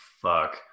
fuck